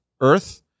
earth